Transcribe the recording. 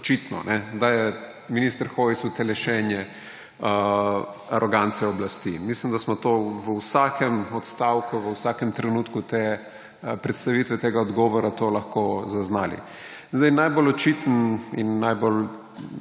očitno − da je minister Hojs utelešenje arogance oblasti. Mislim, da smo to v vsakem odstavku, v vsakem trenutku te predstavitve tega odgovora to lahko zaznali. Najbolj očiten in najbolj